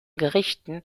gerichten